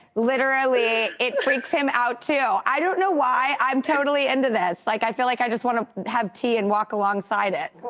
literally it freaks him out too. i don't know why i'm totally into this. like i feel like i just wanna have tea and walk alongside it.